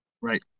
Right